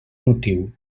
motiu